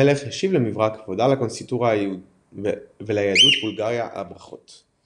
המלך השיב למברק והודה לקונסיסטוריה וליהדות בולגריה על הברכות.